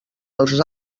els